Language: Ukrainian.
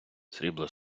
срібло